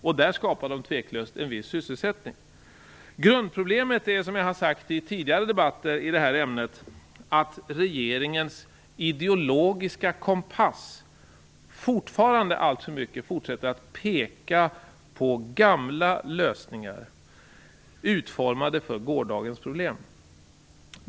Och där skapar de tveklöst en viss sysselsättning. Grundproblemet är, som jag har sagt i tidigare debatter i detta ämne, att regeringens ideologiska kompass fortfarande alltför mycket fortsätter att peka på gamla lösningar, utformade för gårdagens problem.